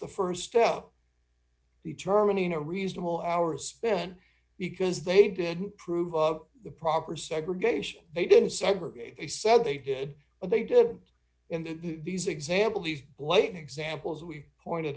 the st step be terminating a reasonable hours spent because they didn't prove the proper segregation they didn't segregate they said they did but they didn't in the these example these late examples we've pointed